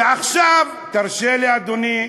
ועכשיו, תרשה לי אדוני,